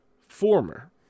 former